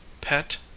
Pet